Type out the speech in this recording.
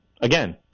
again